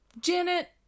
Janet